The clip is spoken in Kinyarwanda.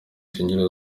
shingiro